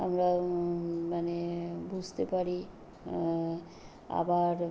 আমরা মানে বুঝতে পারি আবার